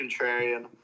contrarian